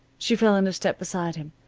she fell into step beside him.